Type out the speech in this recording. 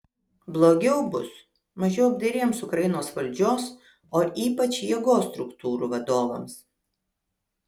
blogiau bus mažiau apdairiems ukrainos valdžios ir ypač jėgos struktūrų vadovams